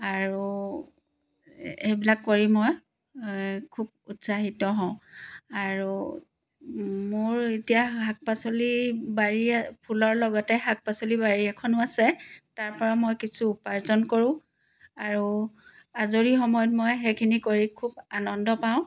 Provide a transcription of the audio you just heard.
আৰু সেইবিলাক কৰি মই খুব উৎসাহিত হওঁ আৰু মোৰ এতিয়া শাক পাচলি বাৰীৰে ফুলৰ লগতে শাক পাচলি বাৰী এখনো আছে তাৰ পৰা মই কিছু উপাৰ্জন কৰোঁ আৰু আজৰি সময়ত মই সেইখিনি কৰি খুব আনন্দ পাওঁ